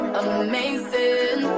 amazing